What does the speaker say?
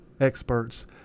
experts